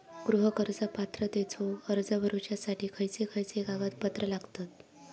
गृह कर्ज पात्रतेचो अर्ज भरुच्यासाठी खयचे खयचे कागदपत्र लागतत?